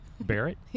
Barrett